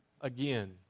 again